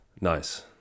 nice